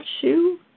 shoe